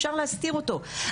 אפשר להסתיר אותו.